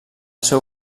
seu